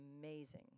amazing